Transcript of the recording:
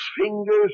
fingers